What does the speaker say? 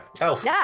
elf